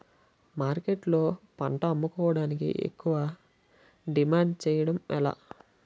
మార్కెట్లో పంట అమ్ముకోడానికి ఎక్కువ డిమాండ్ చేయడం ఎలా?